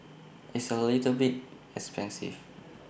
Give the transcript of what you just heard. it's A little bit expensive